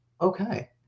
Okay